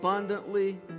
Abundantly